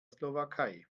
slowakei